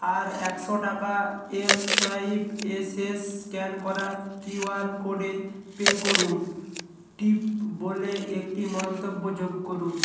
আর একশো টাকা এম সোয়াইপ এ শেষ স্ক্যান করা কিউয়ার কোডে পে করুন টিপ বলে একটি মন্তব্য যোগ করুন